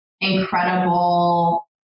incredible